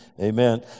Amen